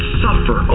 suffer